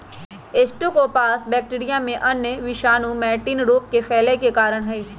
streptococcus bacteria एवं अन्य विषाणु मैटिन रोग के फैले के कारण हई